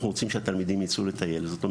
זאת אומרת,